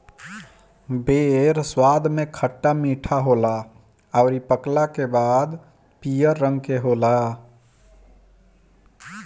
बेर स्वाद में खट्टा मीठा होला अउरी पकला के बाद पियर रंग के होला